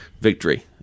victory